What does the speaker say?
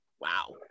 wow